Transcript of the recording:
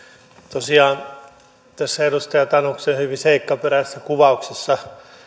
tosiaan tässä edustaja tanuksen hyvin seikkaperäisessä kuvauksessa